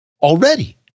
already